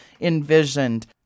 envisioned